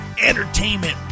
entertainment